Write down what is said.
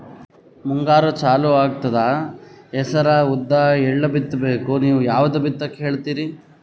ಮುಂಗಾರು ಚಾಲು ಆಗ್ತದ ಹೆಸರ, ಉದ್ದ, ಎಳ್ಳ ಬಿತ್ತ ಬೇಕು ನೀವು ಯಾವದ ಬಿತ್ತಕ್ ಹೇಳತ್ತೀರಿ?